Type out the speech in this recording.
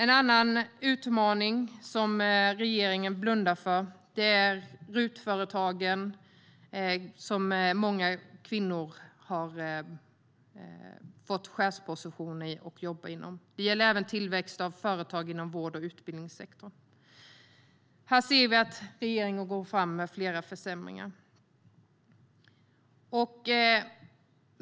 En annan utmaning som regeringen blundar för gäller RUT-företagen, som många kvinnor har fått chefspositioner i och jobbar inom. Det gäller även tillväxt av företag inom vård och utbildningssektorerna. Här ser vi att regeringen går fram med flera försämringar.